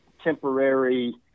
temporary